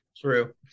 true